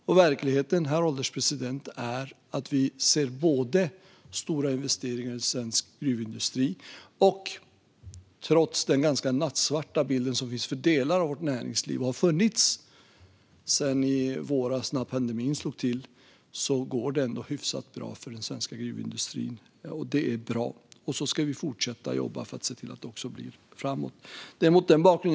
Och verkligheten är att vi ser stora investeringar i svensk gruvindustri och att det, trots att bilden för delar av vårt näringsliv är ganska nattsvart sedan i våras när pandemin slog till, går hyfsat bra för den svenska gruvindustrin. Det är bra, och så ska vi fortsätta att jobba för att se till att det blir så också framåt.